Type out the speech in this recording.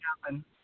happen